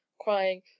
crying